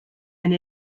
and